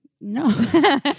No